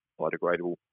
biodegradable